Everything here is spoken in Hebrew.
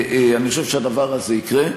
אני חושב שהדבר הזה יקרה.